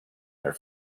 their